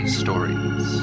stories